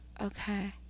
Okay